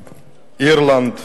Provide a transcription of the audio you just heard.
אירלנד.